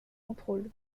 contrôle